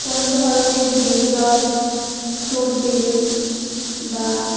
কোনো ধরনের dessert fruit jelly বা